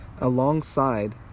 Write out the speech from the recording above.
alongside